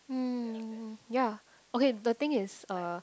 mm ya okay the thing is uh